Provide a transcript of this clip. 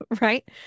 Right